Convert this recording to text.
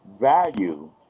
value